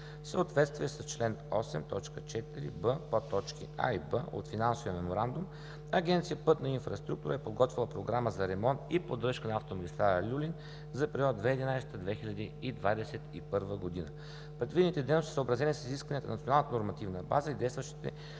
съответствие с чл. 8, т. 4б, подточки „а“ и „б“ от Финансовия меморандум, Агенция „Пътна инфраструктура“ е подготвила програма за ремонт и поддръжка на автомагистрала „Люлин“ за периода 2011/2021 г. Предвидените дейности са съобразени с изискванията на Националната нормативна база и действащите